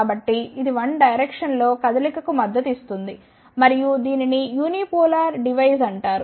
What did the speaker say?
కాబట్టి ఇది 1 డెైరెక్షన్ లో కదలికకు మద్దతు ఇస్తుంది మరియు దీనిని యూనిపోలార్ డివైస్ అంటారు